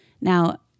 Now